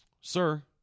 Sir